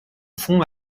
fond